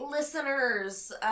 Listeners